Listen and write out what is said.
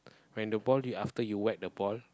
when the ball you after you whack the ball